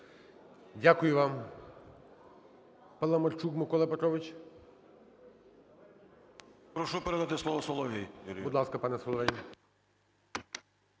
Дякую вам.